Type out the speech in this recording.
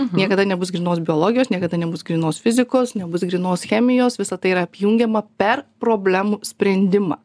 niekada nebus grynos biologijos niekada nebus grynos fizikos nebus grynos chemijos visa tai yra apjungiama per problemų sprendimą